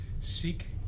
Seek